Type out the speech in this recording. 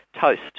toast